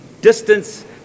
Distance